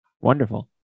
Wonderful